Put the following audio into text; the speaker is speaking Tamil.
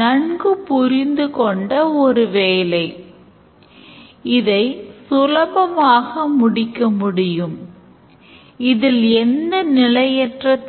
ன் கூற்றுப்படி முடிந்தவரை வரைபடங்களில் use caseகளின் வரிசையை பதிவுசெய்தால் மாணவர் பதிவைத் தொடங்குகிறார் இது ஒரு முதன்மை actor வெளிப்புற billing system இரண்டாம் நிலை actor ஆகும்